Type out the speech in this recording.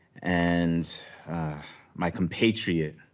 and my compatriot,